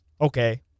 okay